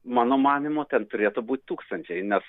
mano manymu ten turėtų būt tūkstančiai nes